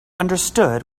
understood